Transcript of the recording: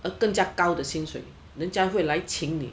ah 更加高的薪水人家会来请你